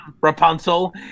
Rapunzel